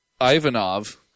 Ivanov